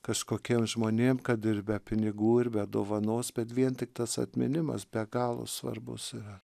kažkokiem žmonėm kad ir be pinigų ir be dovanos bet vien tik tas atminimas be galo svarbus yra